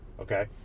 okay